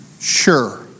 sure